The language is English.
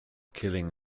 killing